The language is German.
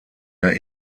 der